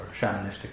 shamanistic